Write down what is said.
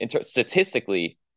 statistically